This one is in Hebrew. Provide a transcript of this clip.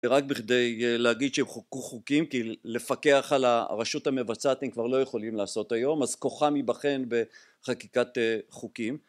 רק בכדי להגיד שהם חוקקו חוקים, כי לפקח על הרשות המבצעת הם כבר לא יכולים לעשות היום, אז כוחם ייבחן בחקיקת חוקים